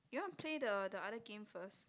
you want play the the other game first